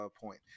point